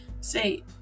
say